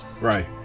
Right